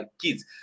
kids